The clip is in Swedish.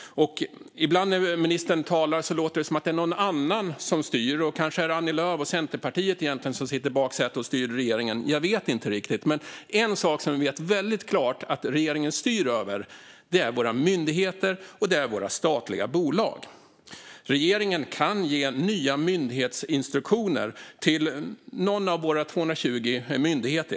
Ibland när ministern talar låter det som att det är någon annan som styr. Kanske är det egentligen Annie Lööf och Centerpartiet som sitter i baksätet och styr regeringen? Jag vet inte riktigt. Men en sak som vi vet väldigt klart att regeringen styr över är våra myndigheter och våra statliga bolag. Regeringen kan ge nya myndighetsinstruktioner till någon av våra 220 myndigheter.